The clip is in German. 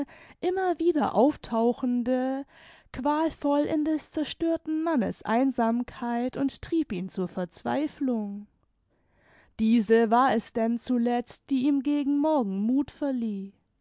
immer wieder auftauchende qualvoll in des zerstörten mannes einsamkeit und trieb ihn zur verzweiflung diese war es denn zuletzt die ihm gegen morgen muth verlieh